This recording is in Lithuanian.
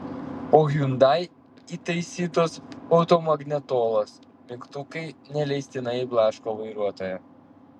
o hyundai įtaisytos automagnetolos mygtukai neleistinai blaško vairuotoją